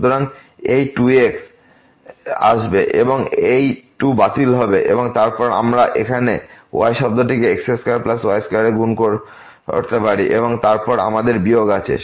সুতরাং এই 2 x আসবে এবং এই 2 টি বাতিল হবে এবং তারপর আমরা এখানে এই y শব্দটিকে x2y2 এ গুণ করতে পারি এবং তারপর আমাদের বিয়োগ আছে